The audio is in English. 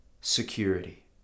security